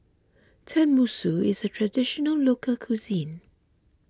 Tenmusu is a Traditional Local Cuisine